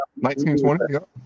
1920